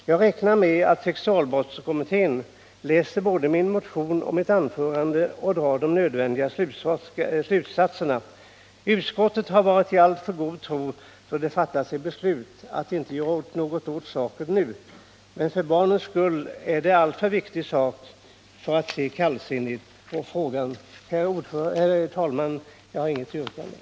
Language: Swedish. Jag räknar med att sexualbrottskommittén läser både min motion och mitt anförande och drar de nödvändiga slutsatserna. Utskottet har varit i alltför god tro då det fattat beslutet att inte göra någonting åt saken nu. Men för barnens skull är denna fråga alltför viktig för att man skall se kallsinnigt på den. Herr talman! Jag har inget yrkande.